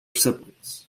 siblings